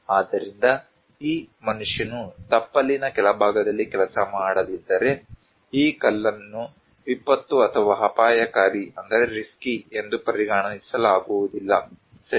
ಆದ್ದರಿಂದ ಈ ಮನುಷ್ಯನು ತಪ್ಪಲಿನ ಕೆಳಭಾಗದಲ್ಲಿ ಕೆಲಸ ಮಾಡದಿದ್ದರೆ ಈ ಕಲ್ಲನ್ನು ವಿಪತ್ತು ಅಥವಾ ಅಪಾಯಕಾರಿ ಎಂದು ಪರಿಗಣಿಸಲಾಗುವುದಿಲ್ಲ ಸರಿ